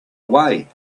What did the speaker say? way